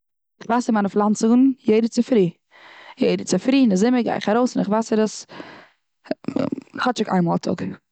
איך וואסער מיינע פלאנצונגען יעדי צופרי. יעדע צופרי גיי איך ארויס אין די זומער, איך וואסער עס כאטשיק איין מאל א טאג.